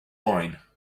wine